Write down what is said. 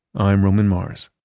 i'm roman mars